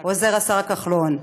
עוזר השר כחלון.